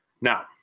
Now